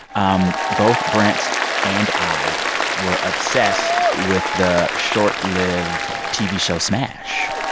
um both brent and i were obsessed with the short-lived tv show smash.